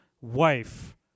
wife